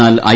എന്നാൽ ഐ